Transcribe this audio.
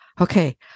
okay